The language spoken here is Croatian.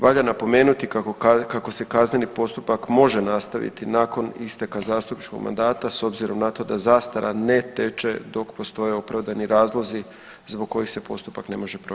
Valja napomenuti kako se kazneni postupak može nastaviti nakon isteka zastupničkog mandata, s obzirom na to da zastara ne teče dok postoje opravdani razlozi zbog kojih se postupak ne može provesti.